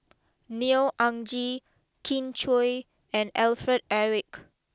Neo Anngee Kin Chui and Alfred Eric